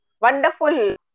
wonderful